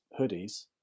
hoodies